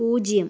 പൂജ്യം